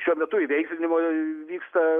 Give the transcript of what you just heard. šiuo metu įveiklinimo vyksta